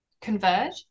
converge